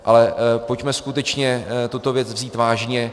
Ale pojďme skutečně tuto věc vzít vážně.